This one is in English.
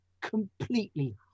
completely